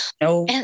No